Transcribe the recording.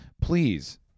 please